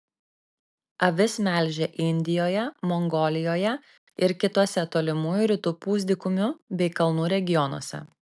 avis melžia indijoje mongolijoje ir kituose tolimųjų rytų pusdykumių bei kalnų regionuose